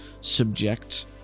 subject